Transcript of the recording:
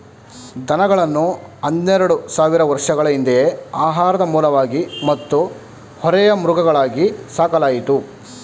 ದನಗಳನ್ನು ಹನ್ನೆರೆಡು ಸಾವಿರ ವರ್ಷಗಳ ಹಿಂದೆಯೇ ಆಹಾರದ ಮೂಲವಾಗಿ ಮತ್ತು ಹೊರೆಯ ಮೃಗಗಳಾಗಿ ಸಾಕಲಾಯಿತು